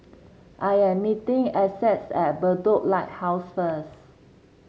I am meeting Essex at Bedok Lighthouse first